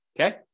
okay